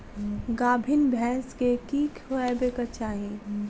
गाभीन भैंस केँ की खुएबाक चाहि?